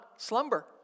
slumber